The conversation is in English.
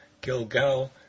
Gilgal